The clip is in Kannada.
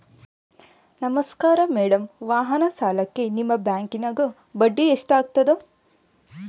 ನಮಸ್ಕಾರ ಮೇಡಂ ವಾಹನ ಸಾಲಕ್ಕೆ ನಿಮ್ಮ ಬ್ಯಾಂಕಿನ್ಯಾಗ ಬಡ್ಡಿ ಎಷ್ಟು ಆಗ್ತದ?